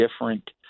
different